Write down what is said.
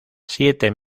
siete